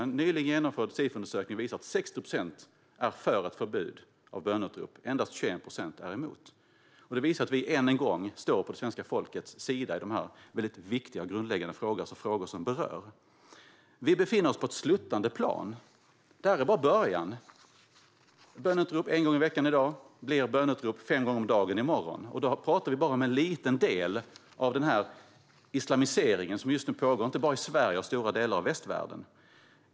En nyligen genomförd Sifoundersökning visar att 60 procent är för ett förbud mot böneutrop. Endast 21 procent är emot ett förbud. Det visar att vi än en gång står på svenska folkets sida i de här viktiga grundläggande frågorna, alltså frågor som berör. Vi befinner oss på ett sluttande plan. Det här är bara början. Böneutrop en gång i veckan i dag blir böneutrop fem gånger om dagen i morgon. Och då pratar vi bara om en liten del av islamiseringen som just nu pågår, inte bara i Sverige utan i stora delar av västvärlden.